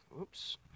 Oops